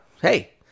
Hey